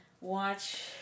Watch